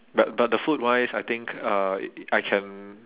but but the food wise I think uh I can